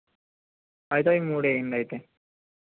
అయితే అవి మూడు వేయండి అయితే